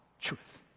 truth